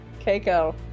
keiko